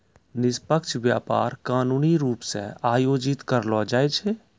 निष्पक्ष व्यापार कानूनी रूप से आयोजित करलो जाय छै